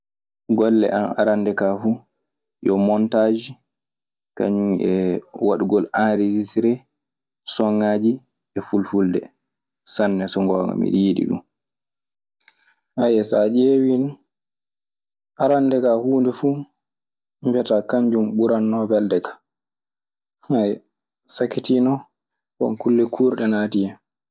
Golle an arannde kaa fu yo montaas kañun e waɗugol anresistere soŋaaji e fulfulde sanne. so ngoonga miɗe yiɗi ɗun